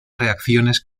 reacciones